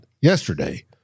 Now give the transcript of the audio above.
yesterday